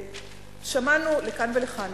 ושמענו לכאן ולכאן.